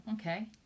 okay